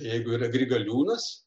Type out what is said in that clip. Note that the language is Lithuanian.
jeigu yra grigaliūnas